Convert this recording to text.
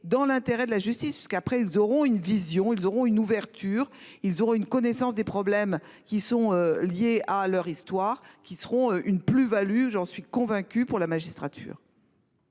dans l'intérêt de la justice parce qu'après ils auront une vision ils auront une ouverture. Ils auront une connaissance des problèmes qui sont liés à leur histoire, qui seront une plus-values, j'en suis convaincu, pour la magistrature.